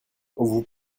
vous